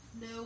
no